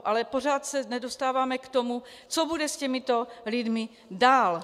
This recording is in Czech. Ale pořád se nedostáváme k tomu, co bude s těmito lidmi dál.